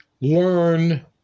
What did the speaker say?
learn